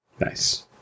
Nice